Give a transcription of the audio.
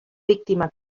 víctima